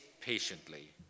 patiently